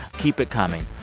keep it coming.